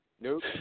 Nope